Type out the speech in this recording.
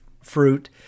fruit